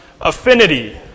affinity